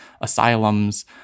asylums